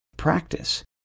Practice